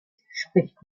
spricht